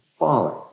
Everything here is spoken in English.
Falling